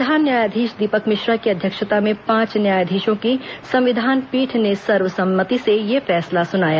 प्रधान न्यायाधीश दीपक मिश्रा की अध्यक्षता में पांच न्यायाधीशों की संविधान पीठ ने सर्वसम्मति से यह फैसल सुनाया